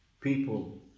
people